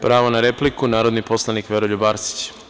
Pravo na repliku narodni poslanik Veroljub Arsić.